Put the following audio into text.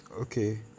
okay